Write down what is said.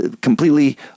completely